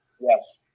Yes